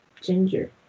ginger